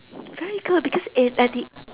very good because eh at the